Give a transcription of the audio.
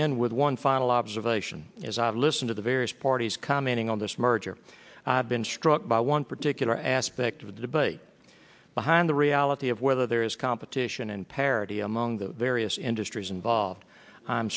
end with one final observation as i listen to the various parties commenting on this merger i've been struck by one particular aspect of the debate behind the reality of whether there is competition and parity among the various industries involved